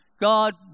God